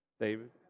David